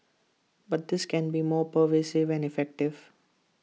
but this can be more pervasive and effective